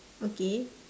okay